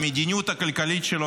המדיניות הכלכלית שלו,